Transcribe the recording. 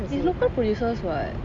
it's local producers what